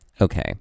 Okay